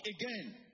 again